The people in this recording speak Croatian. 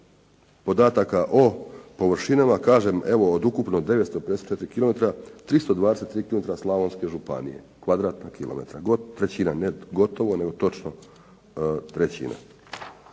podataka o površinama, kažem evo od ukupno 954 kilometra 323 metra Slavonske županije, kvadratna kilometra. Trećina, ne gotovo nego točno trećina.